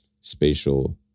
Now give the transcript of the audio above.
spatial